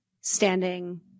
standing